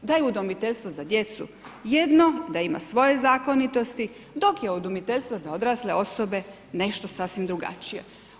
Da je udomiteljstvo za djecu jedno, da ima svoje zakonitosti, dok je udomiteljstvo za odrasle osobe nešto sasvim drugačije.